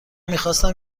میخواستم